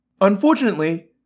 Unfortunately